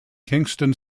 kingston